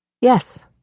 Yes